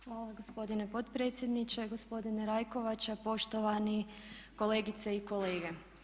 Hvala gospodine potpredsjedniče, gospodine Rajkovača, poštovani kolegice i kolege.